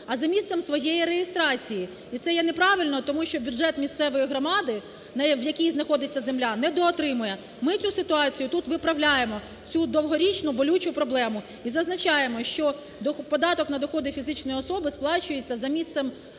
а за місцем своєї реєстрації. І це є неправильно тому що бюджет місцевої громади в якій знаходиться земля, недоотримує. Ми цю ситуацію тут виправляємо, цю довгорічну, болючу проблему, і зазначаємо, що податок на доходи фізичної особи сплачується за місцем